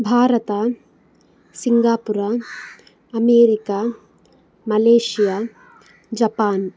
Bharat Singapore America Malaysia Japan